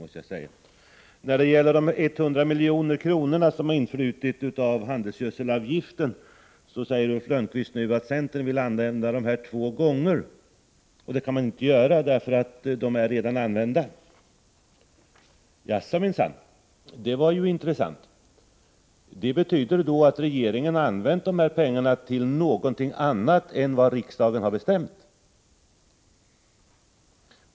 Ulf Lönnqvist säger att centern vill använda de 100 milj.kr. som har influtit från handelsgödselavgiften två gånger. Han sade att pengarna ju redan är använda. Det var intressant. Det betyder att regeringen har använt dessa pengar till någonting annat än vad riksdagen har bestämt.